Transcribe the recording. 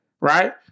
Right